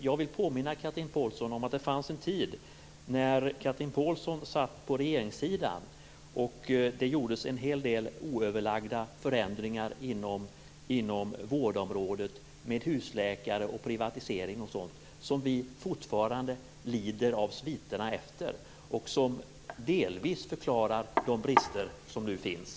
Jag vill påminna Chatrine Pålsson om att det fanns en tid när Chatrine Pålsson satt på regeringssidan och det gjordes en hel del oöverlagda förändringar inom vårdområdet med husläkare, privatisering och sådant. Vi lider fortfarande av sviterna efter det, och det förklarar delvis de brister som nu finns.